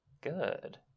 good